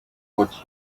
what